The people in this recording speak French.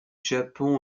japon